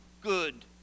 good